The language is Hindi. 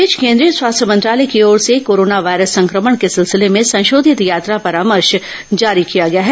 इस बीच कोन्द्रीय स्वास्थ्य मंत्रालय की ओर से कोरोना वायरस संक्रमण के सिलसिले में संशोधित यात्रा परामर्श जारी किया गया है